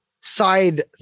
side